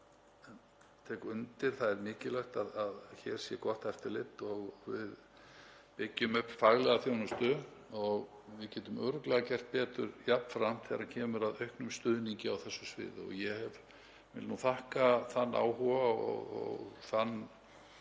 það er mikilvægt að hér sé gott eftirlit og að við byggjum upp faglega þjónustu. Við getum jafnframt örugglega gert betur þegar kemur að auknum stuðningi á þessu sviði. Ég vil þakka þann áhuga og þann